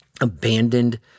abandoned